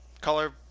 color